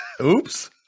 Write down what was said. Oops